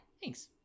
thanks